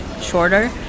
shorter